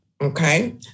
Okay